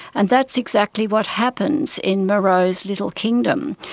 and that's exactly what happens in moreau's little kingdom,